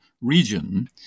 region